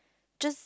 just